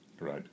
right